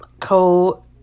co